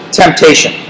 temptation